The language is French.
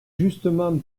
justement